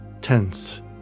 tense